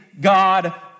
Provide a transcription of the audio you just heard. God